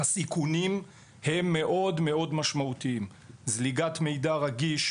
הסיכונים הם מאוד משמעותיים: זליגת מידע רגיש,